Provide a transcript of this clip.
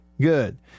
Good